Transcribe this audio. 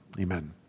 amen